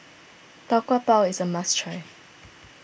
Tau Kwa Pau is a must try